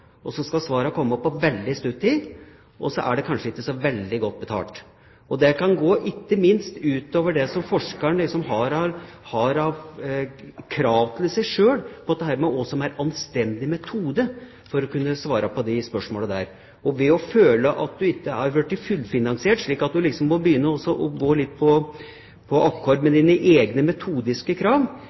og så skal svarene komme på veldig kort tid. Så er det kanskje ikke så veldig godt betalt. Det kan ikke minst gå ut over det som forskeren har av krav til seg selv på hva som er anstendig metode for å kunne svare på disse spørsmålene. Ved å føle at man ikke har blitt fullfinansiert, slik at man må begynne å gå litt på akkord med sine egne metodiske krav,